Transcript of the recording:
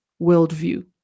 worldview